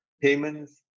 payments